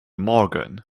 morgan